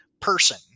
person